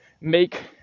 make